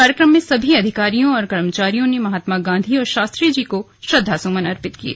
कार्यक्रम में सभी अधिकारियों और कर्मचारियों ने महात्मा गांधी और शास्त्री जी को श्रद्वासुमन अर्पित किये